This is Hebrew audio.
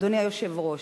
אדוני היושב-ראש,